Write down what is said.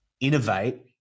innovate